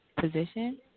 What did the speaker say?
position